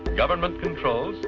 government control,